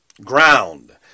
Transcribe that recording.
ground